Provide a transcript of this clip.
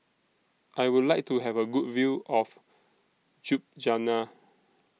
I Would like to Have A Good View of Ljubljana